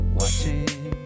watching